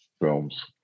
films